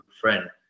friend